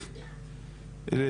כן,